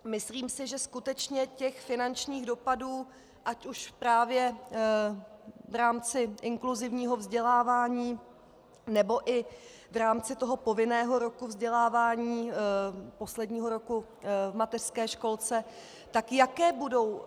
Myslím si, že skutečně těch finančních dopadů, ať už právě v rámci inkluzivního vzdělávání, anebo i v rámci toho povinného roku vzdělávání, posledního roku v mateřské školce tak jaké budou?